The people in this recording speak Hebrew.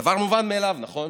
דבר מובן מאליו, נכון?